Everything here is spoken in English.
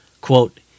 Quote